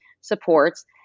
supports